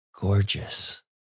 gorgeous